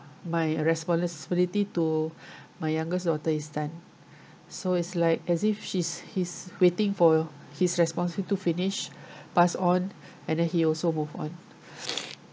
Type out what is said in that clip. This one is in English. my uh responsibility to my youngest daughter is done so it's like as if she's he's waiting for his responsibility to finish pass on and then he also move on